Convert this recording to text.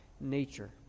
nature